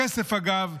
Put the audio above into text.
הכסף, אגב,